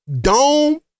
dome